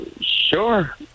sure